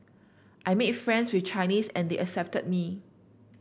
I made friends with Chinese and they accepted me